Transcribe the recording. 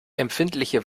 empfindliche